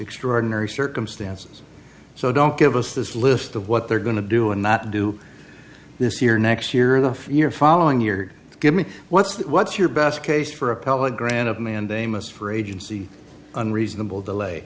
extraordinary circumstances so don't give us this list of what they're going to do and not do this year next year the year following year give me what's what's your best case for a public grant of mandamus for agency unreasonable delay